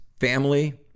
family